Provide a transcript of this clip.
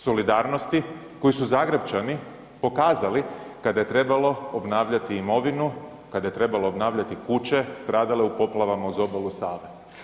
Solidarnosti koju su Zagrepčani pokazali kada je trebalo obnavljati imovinu, kada je trebalo obnavljati kuće stradale u poplavama uz obalu Save.